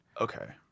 okay